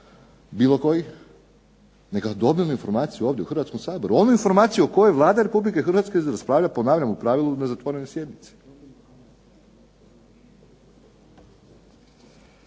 bilo kojih nego da dobijemo informaciju ovdje u Hrvatskom saboru. Onu informaciju o kojoj Vlada Republike Hrvatske raspravlja, ponavljam u pravilu na zatvorenoj sjednici.